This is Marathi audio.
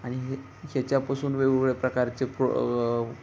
आणि ह्याच्यापासून वेगवेगळ्या प्रकारचे प्रो